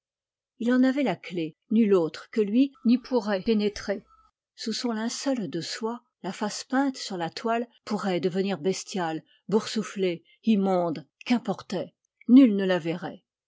il en avait la clef nul autre que lui n'y pourrait pénétrer sous son linceul de soie la face peinte sur la toile pourrait devenir bestiale boursouflée immonde qu'importait nul ne la verrait